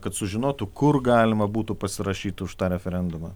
kad sužinotų kur galima būtų pasirašyt už tą referendumą